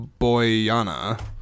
Boyana